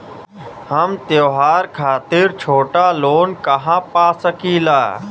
हम त्योहार खातिर छोटा लोन कहा पा सकिला?